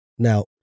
Now